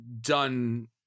Done